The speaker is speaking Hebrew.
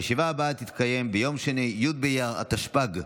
הישיבה הבאה תתקיים ביום שני י' באייר התשפ"ג,